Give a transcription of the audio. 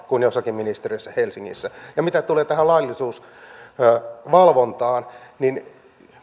kuin jossakin ministeriössä helsingissä mitä tulee tähän laillisuusvalvontaan niin